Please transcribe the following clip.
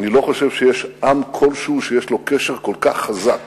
אני לא חושב שיש עם כלשהו שיש לו קשר כל כך חזק